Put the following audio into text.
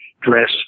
dress